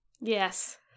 Yes